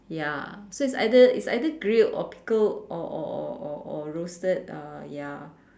ya so it's either it's either grilled or pickled or or or or or roasted uh ya